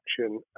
action